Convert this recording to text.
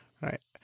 Right